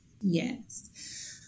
Yes